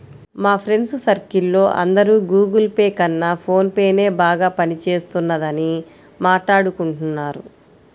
మా friends circle లో అందరూ గుగుల్ పే కన్నా ఫోన్ పేనే బాగా పని చేస్తున్నదని మాట్టాడుకుంటున్నారు